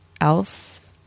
else